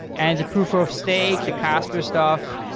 and the proof of stake, the casper stuff,